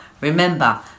remember